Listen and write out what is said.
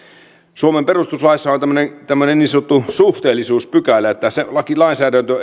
suomen perustuslaissa on on tämmöinen tämmöinen niin sanottu suhteellisuuspykälä että se lainsäädäntö